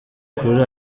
kuri